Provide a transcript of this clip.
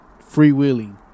freewheeling